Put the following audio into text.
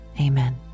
amen